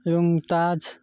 ଏବଂ ତାଜ